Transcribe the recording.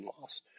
loss